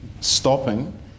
stopping